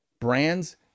brands